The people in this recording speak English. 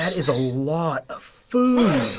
is a lot of food.